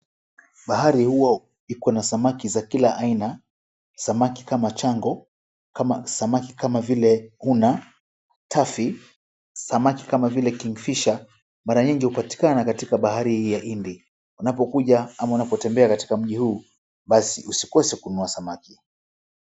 Bahari huwa iko na samaki za kila aina, samaki kama chango, samaki kama vile, una , tafi, samaki kama vile kingfisher mara nyingi hupatikana katika bahari hii ya hindi. Unapokuja ama unapotembea katika mji huu, basi usikose kununua samaki.